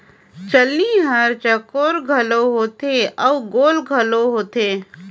चलनी हर चउकोर घलो होथे अउ गोल घलो होथे